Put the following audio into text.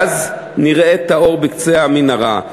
ואז נראה את האור בקצה המנהרה.